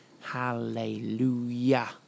Hallelujah